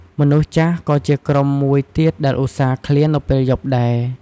មនុស្សចាស់ក៏ជាក្រុមមួយទៀតដែលឧស្សាហ៍ឃ្លាននៅពេលយប់ដែរ។